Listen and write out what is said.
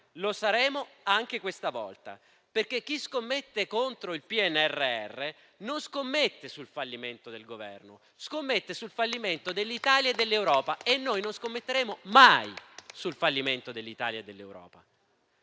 Lo saremo anche questa volta, perché chi scommette contro il PNRR non scommette sul fallimento del Governo, ma scommette sul fallimento dell'Italia e dell'Europa e noi non scommetteremo mai sul fallimento dell'Italia e dell'Europa.